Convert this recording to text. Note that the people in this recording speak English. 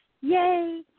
Yay